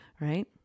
right